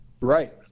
Right